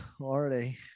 already